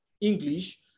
English